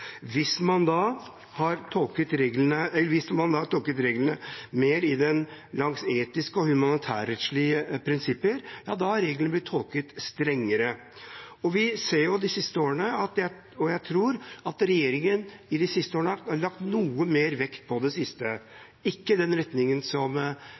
Hvis man har tolket reglene mer langs etiske og humanitærrettslige prinsipper, har reglene blitt tolket strengere. Jeg tror at regjeringen de siste årene har lagt noe mer vekt på det siste